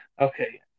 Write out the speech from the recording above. Okay